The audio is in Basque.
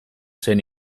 zen